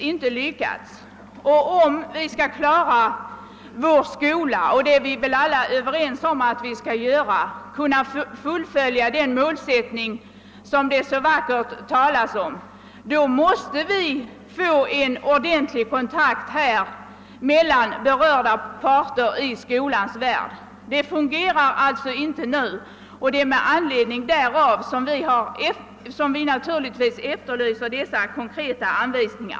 Vi är väl alla överens om att vi skall försöka fullfölja den målsättning som det så vackert talas, om, men då måste vi få en ordentlig kontakt mellan berörda parter i skolans värld. Den fungerar inte nu, och det är med anledning därav som vi efterlyser konkreta anvisningar.